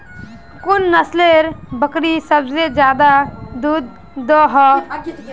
कुन नसलेर बकरी सबसे ज्यादा दूध दो हो?